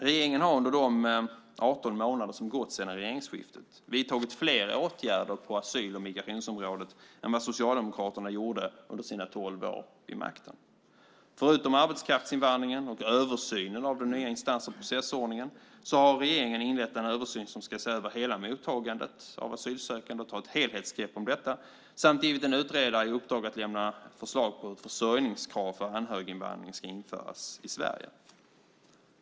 Regeringen har under de 18 månader som gått sedan regeringsskiftet vidtagit fler åtgärder på asyl och migrationsområdet än vad Socialdemokraterna gjorde under sina tolv år vid makten. Förutom arbetskraftsinvandringen och översynen av den nya instans och processordningen har regeringen inlett en översyn av hela mottagandet av asylsökande. Man ska ta ett helhetsgrepp om detta. Regeringen har också givit en utredare i uppdrag att lämna förslag på hur ett försörjningskrav för anhöriginvandring ska införas i Sverige.